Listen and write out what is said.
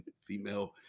female